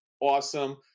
Awesome